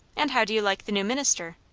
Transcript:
and how do you like the new minister?